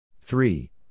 Three